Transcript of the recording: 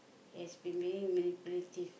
has been being manipulative